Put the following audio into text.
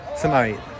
tonight